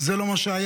זה לא מה שהיה.